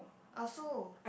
also